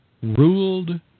ruled